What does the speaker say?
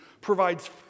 provides